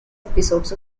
episodes